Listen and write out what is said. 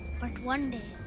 but one day,